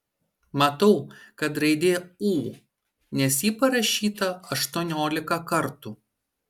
matau kad raidė ū nes ji parašyta aštuoniolika kartų